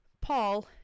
Paul